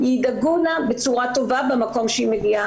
ידאגו לה בצורה טובה במקום שהיא מגיעה.